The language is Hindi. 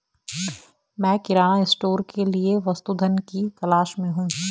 मैं किराना स्टोर के लिए वस्तु धन की तलाश में हूं